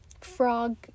frog